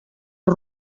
els